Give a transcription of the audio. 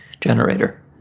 generator